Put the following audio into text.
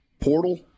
portal